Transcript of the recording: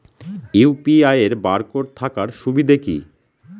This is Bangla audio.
ইউ.পি.আই এর বারকোড থাকার সুবিধে কি?